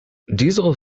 diesel